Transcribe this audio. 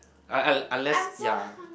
uh unless ya